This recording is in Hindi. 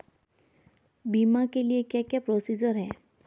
बीमा के लिए क्या क्या प्रोसीजर है?